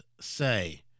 say